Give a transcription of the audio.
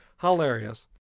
hilarious